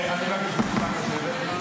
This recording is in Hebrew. אני מבקש מכולם לשבת.